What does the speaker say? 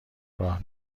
راه